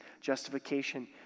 justification